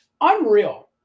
unreal